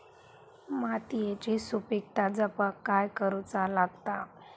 मातीयेची सुपीकता जपाक काय करूचा लागता?